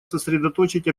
сосредоточить